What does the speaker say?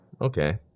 Okay